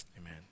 amen